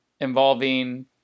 involving